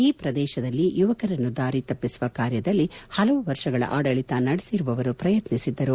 ಈ ಪ್ರದೇಶದಲ್ಲಿ ಯುವಕರನ್ನು ದಾರಿ ತಪ್ಪಿಸುವ ಕಾರ್ಯದಲ್ಲಿ ಹಲವು ವರ್ಷಗಳ ಆಡಳಿತ ನಡೆಸಿರುವವರು ಪ್ರಯತ್ನಿಸಿದ್ದರು